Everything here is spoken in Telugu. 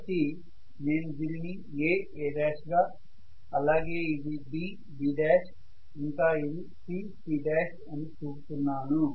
కాబట్టి నేను దీనిని AA' గా అలాగే ఇది BB' ఇంకా ఇది CC' అని చూపుతున్నాను